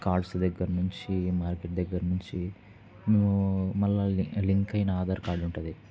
cars దగ్గర నుంచి market దగ్గర నుంచి మేము మళ్ళా లింక్ అయిన ఆధార్ కార్డు ఉంటుంది